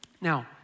Now